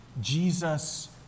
Jesus